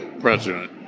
president